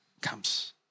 comes